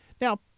Now